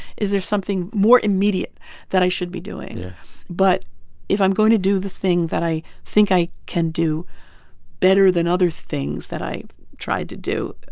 is there something more immediate that i should be doing? yeah but if i'm going to do the thing that i think i can do better than other things that i tried to do,